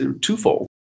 twofold